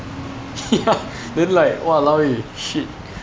ya then like !walao! eh shit